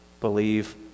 believe